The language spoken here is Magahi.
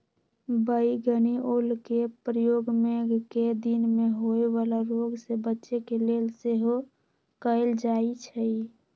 बइगनि ओलके प्रयोग मेघकें दिन में होय वला रोग से बच्चे के लेल सेहो कएल जाइ छइ